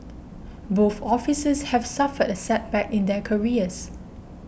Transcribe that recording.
both officers have suffered a setback in their careers